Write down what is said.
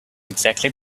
exactly